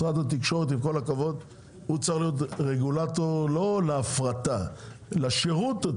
משרד התקשורת עם כל הכבוד הוא צריך להיות רגולטור לא להפרטה אלא לשירות.